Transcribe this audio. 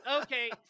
Okay